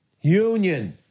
Union